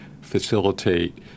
facilitate